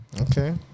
Okay